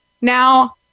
now